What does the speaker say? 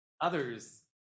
Others